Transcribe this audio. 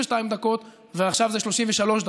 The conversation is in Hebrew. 32 דקות ועכשיו זה 33 דקות,